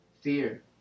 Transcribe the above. fear